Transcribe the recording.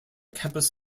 campus